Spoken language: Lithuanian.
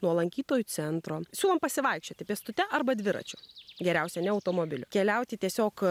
nuo lankytojų centro siūlom pasivaikščioti pėstute arba dviračius geriausia ne automobiliu keliauti tiesiog